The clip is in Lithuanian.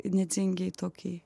nedzingėj tokį